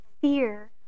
fear